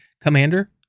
Commander